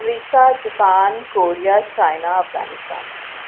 America Japan Korea China Afghanistan